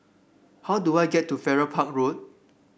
how do I get to Farrer Park Road